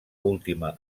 última